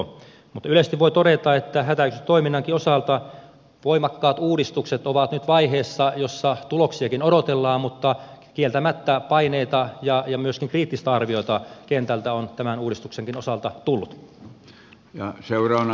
mutta yleisesti voi todeta että hätäkeskustoiminnankin osalta voimakkaat uudistukset ovat nyt vaiheessa jossa tuloksiakin odotellaan mutta kieltämättä paineita ja myöskin kriittistä arviota kentältä on tämän uudistuksenkin osalta tullut